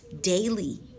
daily